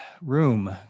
room